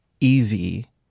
easy